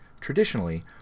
Traditionally